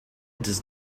does